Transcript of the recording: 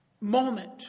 moment